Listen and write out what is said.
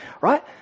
right